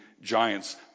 giants